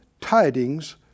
tidings